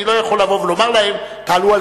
אני לא יכול לבוא ולומר להם: תעלו על